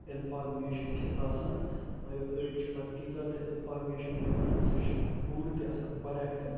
information چھِ آسان مگر أڑۍ چھِ پَتہٕ تیٖژاہ تہٕ اِنفارمیشَن دِوان سُہ چھُنہٕ پوٗرٕ تہِ آسان کۄرٮ۪کٹ